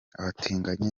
abatinganyi